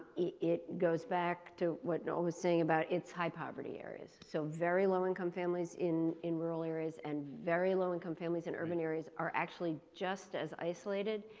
it goes back to what noel is saying about, it's high poverty areas. so, very low income families in in rural areas and very low income families in urban areas are actually just as isolated,